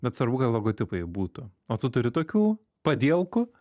bet svarbu kad logotipai būtų o tu turi tokių padielkų